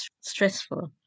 stressful